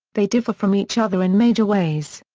they differ from each other in major ways.